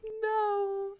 No